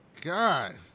God